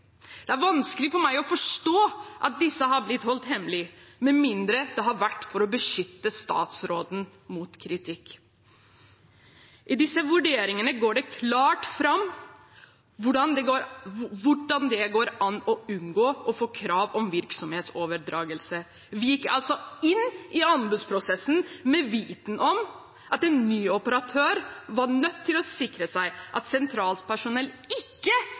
for meg å forstå at disse har blitt holdt hemmelig, med mindre det har vært for å beskytte statsråden mot kritikk. I disse vurderingene går det klart fram hvordan det går an å unngå å få krav om virksomhetsoverdragelse. Vi gikk altså inn i anbudsprosessen med viten om at en ny operatør var nødt til å sikre seg at sentralt personell ikke